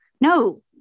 No